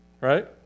right